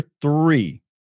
three